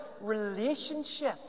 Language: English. relationship